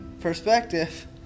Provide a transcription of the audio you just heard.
perspective